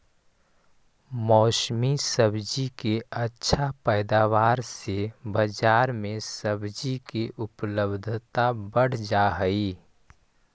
मौसमी सब्जि के अच्छा पैदावार से बजार में सब्जि के उपलब्धता बढ़ जा हई